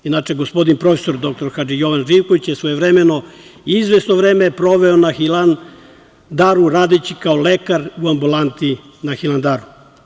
Inače, prof. dr Hadži Jovan Živković je svojevremeno izvesno vreme proveo na Hilandaru, radeći kao lekar u ambulanti na Hilandaru.